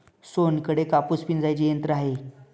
सोहनकडे कापूस पिंजायचे यंत्र आहे